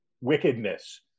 wickedness